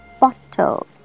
bottle